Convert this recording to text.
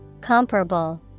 Comparable